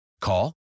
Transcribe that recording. Call